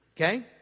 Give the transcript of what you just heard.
Okay